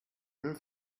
nun